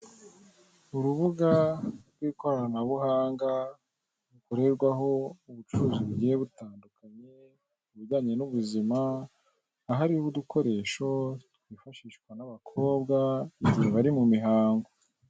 Urubuga rw'ikoranabuhanga rukorerwaho ubucuruzi bugiye butandukanye, ibijyanye n'ubuzima, ahariho udukoresho twifashishwa n'abakobwa igihe bari mu mihango.